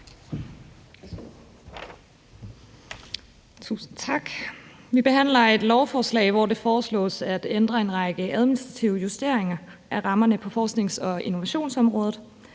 Tusind tak. Vi behandler et lovforslag, hvor det foreslås at justere en række administrative rammer på forsknings- og innovationsområdet.